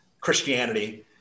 Christianity